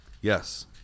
yes